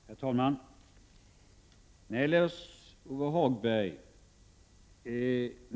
Herr talman! Nej, Lars-Ove Hagberg.